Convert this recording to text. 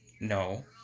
No